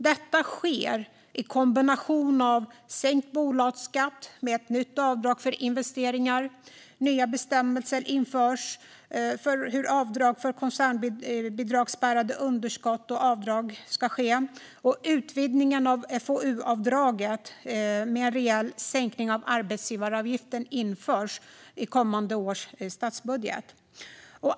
Detta sker i kombination med att sänkt bolagsskatt med ett nytt avdrag för investeringar, nya bestämmelser för hur avdrag för koncernbidragsspärrade underskott ska ske samt en utvidgning av FoU-avdraget med en rejäl sänkning av arbetsgivaravgiften införs i kommande års statsbudget.